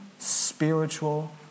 spiritual